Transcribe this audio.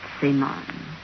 Simon